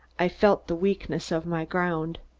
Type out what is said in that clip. i felt the weakness of my ground.